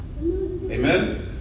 Amen